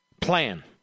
plan